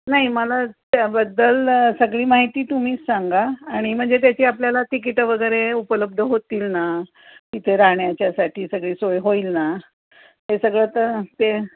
नाही मला त्याबद्दल सगळी माहिती तुम्हीच सांगा आणि म्हणजे त्याची आपल्याला तिकिटं वगैरे उपलब्ध होतील ना तिथे राहण्याच्या साठी सगळी सोय होईल ना ते सगळं तर ते